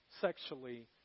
sexually